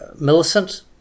Millicent